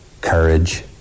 courage